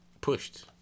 pushed